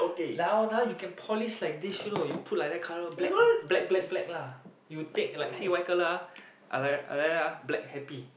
like how now you can polish like this you know you put like that colour black black black black lah you take like see white colour ah like uh like that ah black happy